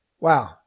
Wow